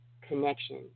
connection